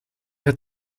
hat